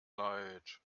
leid